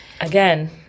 Again